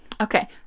Okay